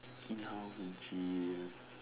in-house gym